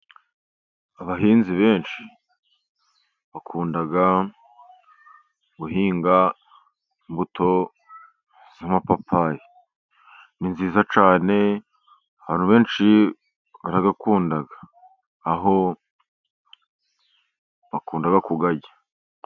Abahinzi benshi bakunda guhinga imbuto z'amapapayi, ni nziza cyane abantu benshi barayakunda aho bakunda kuyarya.